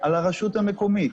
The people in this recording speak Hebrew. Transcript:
על הרשות המקומית.